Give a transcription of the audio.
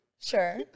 Sure